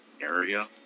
area